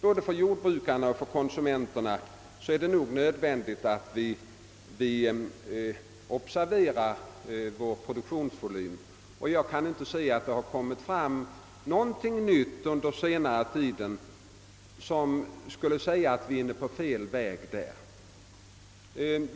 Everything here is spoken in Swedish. Både ur jordbrukarnas och konsumenternas synpunkt är det nog nödvändigt att vi observerar vår produktionsvolym. Jag kan inte finna att det framkommit något nytt på senare tid som visar att vi är inne på fel väg.